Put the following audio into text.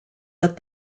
that